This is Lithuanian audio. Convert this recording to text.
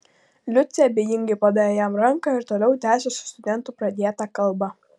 liucė abejingai padavė jam ranką ir toliau tęsė su studentu pradėtą kalbą